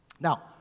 Now